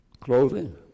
Clothing